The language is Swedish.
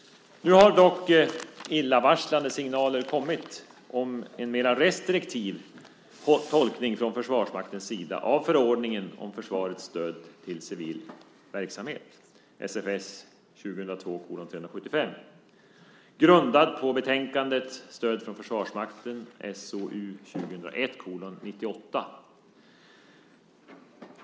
Nu har dock illavarslande signaler kommit om en mer restriktiv tolkning från Försvarsmaktens sida av förordningen om Försvarsmaktens stöd till civil verksamhet, SFS 2002:375, grundad på betänkandet Stöd från Försvarsmakten , SOU 2001:98.